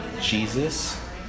Jesus